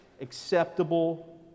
acceptable